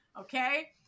okay